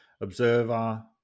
Observer